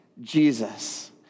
Jesus